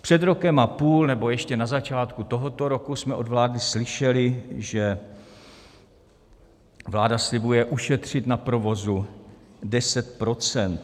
Před rokem a půl, nebo ještě na začátku tohoto roku jsme od vlády slyšeli, že vláda slibuje ušetřit na provozu 10 %.